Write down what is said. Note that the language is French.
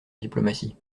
diplomatie